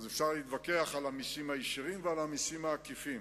אז אפשר להתווכח על המסים הישירים ועל המסים העקיפים,